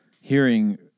hearing